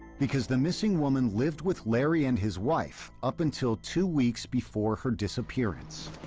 because the missing woman lived with larry and his wife up until two weeks before her disappearance.